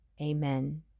amen